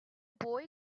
boy